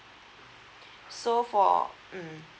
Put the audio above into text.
so for mm